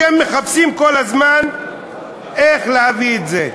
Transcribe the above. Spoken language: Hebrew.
אתם מחפשים כל הזמן איך להביא את זה.